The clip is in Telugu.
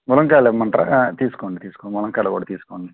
మునక్కాయలు ఇవ్వమంటరా తీసుకోండి తీసుకోండి మునక్కాయలు కూడా తీసుకోండి